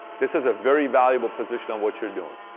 this is a very valuable position on what you're doing.